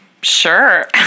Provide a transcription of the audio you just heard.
sure